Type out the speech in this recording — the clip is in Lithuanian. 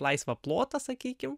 laisvą plotą sakykim